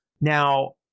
now